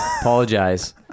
Apologize